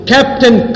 Captain